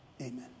Amen